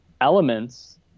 elements